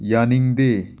ꯌꯥꯅꯤꯡꯗꯦ